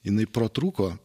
jinai pratrūko